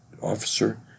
Officer